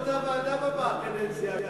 עשיתם את אותה ועדה בקדנציה הקודמת.